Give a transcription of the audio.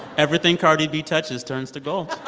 everything cardi b touches turns to gold